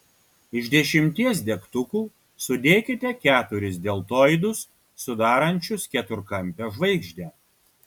iš dešimties degtukų sudėkite keturis deltoidus sudarančius keturkampę žvaigždę